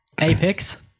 Apex